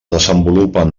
desenvolupen